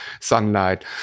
sunlight